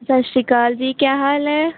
ਸਤਿ ਸ਼੍ਰੀ ਅਕਾਲ ਜੀ ਕਿਆ ਹਾਲ ਹੈ